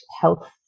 health